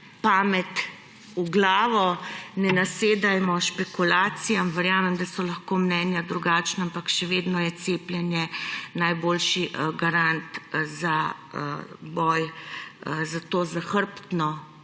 pamet v glavo, ne nasedajmo špekulacijam. Verjamem, da so lahko mnenja drugačna, ampak še vedno je cepljenje najboljši garant za boj s to zahrbtno